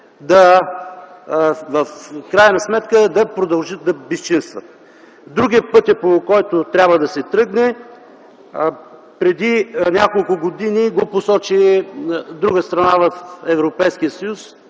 да продължат да безчинстват. Друг е пътят, по който трябва да се тръгне. Преди няколко години го посочи друга страна в Европейския съюз